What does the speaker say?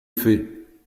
fait